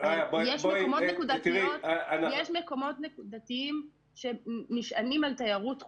יש מקומות נקודתיים שנשענים על תיירות חוץ,